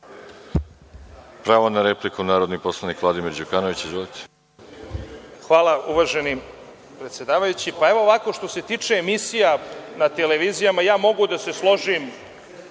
Pravo na repliku, narodni poslanik Vladimir Đukanović. Izvolite. **Vladimir Đukanović** Hvala uvaženi predsedavajući. Pa, evo ovako što se tiče emisija na televizijama ja mogu da se složim